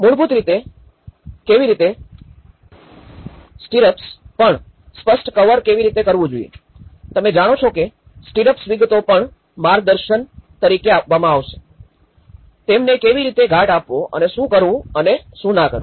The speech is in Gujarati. મૂળભૂત રીતે કેવી રીતે સ્ટીરરપ્સ પણ સ્પષ્ટ કવર કેવી રીતે કરવું જોઈએ તમે જાણો છો કે સ્ટીરરપ્સ વિગતો પણ માર્ગદર્શન તરીકે આપવામાં આવશે તેમને કેવી રીતે ઘાટ આપવો અને શું કરવું અને શું ન કરવું